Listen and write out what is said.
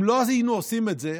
אם לא היינו עושים את זה,